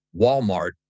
Walmart